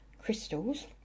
Crystals